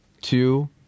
Two